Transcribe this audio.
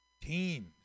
teams